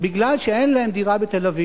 כי אין להם דירה בתל-אביב,